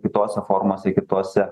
kitose formose kituose